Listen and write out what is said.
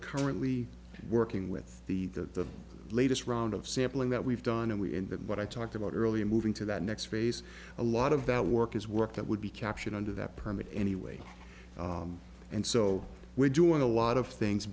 currently working with the the latest round of sampling that we've done and we ended what i talked about earlier moving to that next phase a lot of that work is work that would be captured under that permit anyway and so we're doing a lot of things